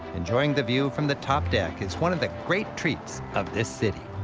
enjoying the view from the top deck is one of the great treats of this city.